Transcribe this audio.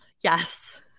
Yes